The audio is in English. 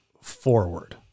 forward